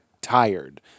tired